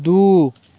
दू